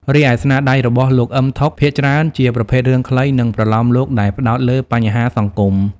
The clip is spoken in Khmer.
រីឯស្នាដៃរបស់លោក អ៊ឹម ថុក ភាគច្រើនជាប្រភេទរឿងខ្លី និងប្រលោមលោកដែលផ្ដោតលើបញ្ហាសង្គម។